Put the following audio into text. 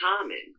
common